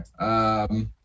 Okay